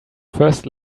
first